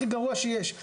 הכי גרוע שיש.